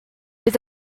bydd